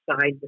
side